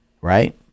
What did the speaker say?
Right